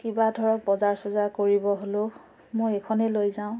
কিবা ধৰক বজাৰ চজাৰ কৰিব হ'লেও মই এইখনেই লৈ যাওঁ